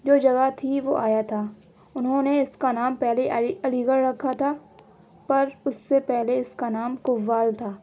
جو جگہ تھی وہ آیا تھا انہوں نے اس کا نام پہلے علی علی گڑھ رکھا تھا پر اس سے پہلے اس کا نام کوال تھا